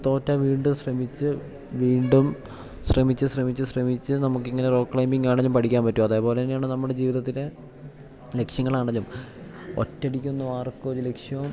തോറ്റ വീണ്ടും ശ്രമിച്ചു വീണ്ടും ശ്രമിച്ചു ശ്രമിച്ചു ശ്രമിച്ചു നമുക്ക് ഇങ്ങനെ റോ ക്ലൈമ്പിംഗ് ആണേലും പഠിക്കാൻ പറ്റും അതേപോലെ തന്നെയാണ് നമ്മുടെ ജീവിതത്തിലെ ലക്ഷ്യങ്ങളാണെങ്കിലും ഒറ്റ അടിക്ക് ഒന്ന് ആർക്കും ഒരു ലക്ഷ്യവും